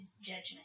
judgment